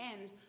end